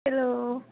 hello